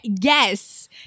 yes